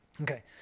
Okay